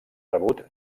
rebut